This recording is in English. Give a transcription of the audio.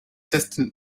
distant